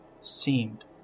seemed